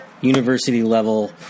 university-level